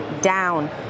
down